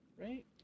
right